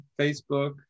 Facebook